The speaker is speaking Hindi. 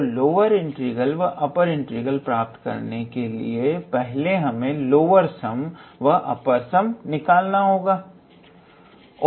तो लोअर इंटीग्रल व अपर इंटीग्रल प्राप्त करने के लिए पहले हमें लोअर सम व अपर सम निकालना होगा